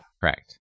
Correct